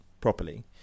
properly